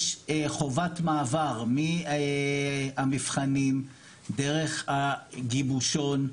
יש חובת מעבר מהמבחנים דרך הגיבושון,